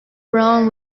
brown